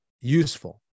useful